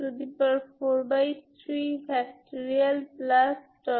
সুতরাং আসুন আমরা এই বিষয়ে বিরক্ত না হই λ একটি নেগেটিভ প্রাকৃতিক সংখ্যা